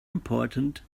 important